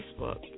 Facebook